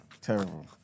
Terrible